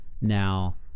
now